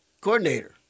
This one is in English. coordinator